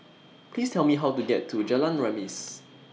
Please Tell Me How to get to Jalan Remis